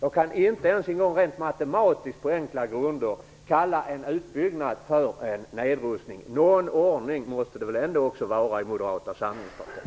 Jag kan på enkla grunder - rent matematiskt - inte kalla en utbyggnad för nedrustning. Någon ordning måste det väl ändå vara också i Moderata samlingspartiet.